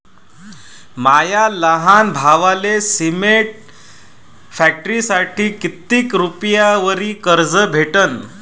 माया लहान भावाले सिमेंट फॅक्टरीसाठी कितीक रुपयावरी कर्ज भेटनं?